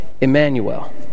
Emmanuel